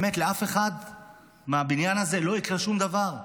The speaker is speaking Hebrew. באמת, לאף אחד מהבניין הזה לא יקרה שום דבר.